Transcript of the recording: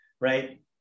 Right